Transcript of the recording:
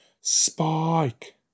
Spike